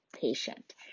patient